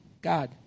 God